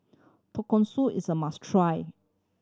tonkatsu is a must try